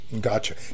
Gotcha